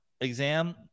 exam